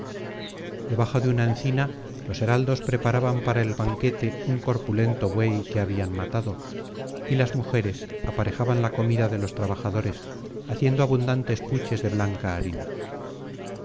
debajo de una encina los heraldos preparaban para el banquete un corpulento buey que habían matado y las mujeres aparejaban la comida de los trabajadores haciendo abundantes puches de blanca harina